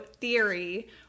theory